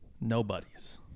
Nobody's